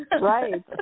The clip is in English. Right